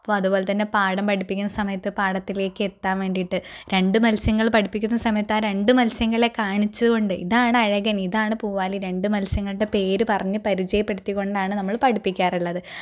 അപ്പോൾ അതുപോലെ തന്നെ പാഠം പഠിപ്പിക്കുന്ന സമയത്ത് പാഠത്തിലേക്ക് എത്താൻ വേണ്ടിയിട്ട് രണ്ടു മത്സ്യങ്ങൾ പഠിപ്പിക്കുന്ന സമയത്ത് ആ രണ്ടു മത്സ്യങ്ങളെ കാണിച്ചു കൊണ്ട് ഇതാണ് അഴകൻ ഇതാണ് പൂവാലി രണ്ടു മത്സ്യങ്ങളുടെ പേര് പറഞ്ഞു പരിചയപ്പെടുത്തിക്കൊണ്ടാണ് നമ്മൾ പഠിപ്പിക്കാറുള്ളത്